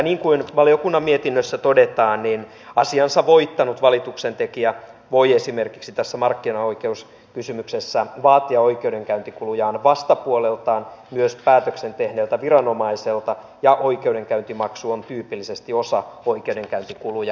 niin kuin valiokunnan mietinnössä todetaan asiansa voittanut valituksen tekijä voi esimerkiksi tässä markkinaoikeuskysymyksessä vaatia oikeudenkäyntikulujaan vastapuolelta myös päätöksen tehneeltä viranomaiselta ja oikeudenkäyntimaksu on tyypillisesti osa oikeudenkäyntikuluja